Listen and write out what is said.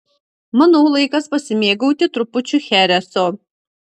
manau laikas pasimėgauti trupučiu chereso